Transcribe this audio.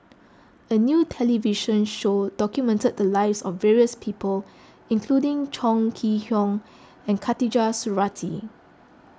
a new television show documented the lives of various people including Chong Kee Hiong and Khatijah Surattee